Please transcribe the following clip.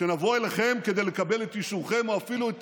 שנבוא אליכם כדי לקבל את אישורכם או אפילו את